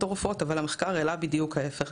אבל המחקר הראה בדיוק ההפך.